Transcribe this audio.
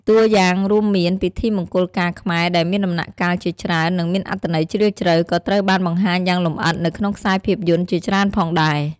តួយ៉ាងរួមមាន ពិធីមង្គលការខ្មែរដែលមានដំណាក់កាលជាច្រើន និងមានអត្ថន័យជ្រាលជ្រៅ ក៏ត្រូវបានបង្ហាញយ៉ាងលម្អិតនៅក្នុងខ្សែភាពយន្តជាច្រើនផងដែរ។